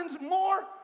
more